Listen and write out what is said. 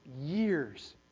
years